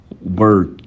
work